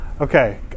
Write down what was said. Okay